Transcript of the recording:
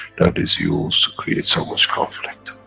that is used to create so much conflict,